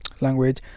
language